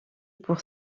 pour